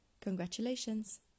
Congratulations